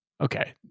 Okay